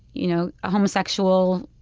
you know, homosexual,